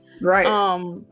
Right